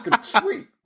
sweet